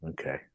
Okay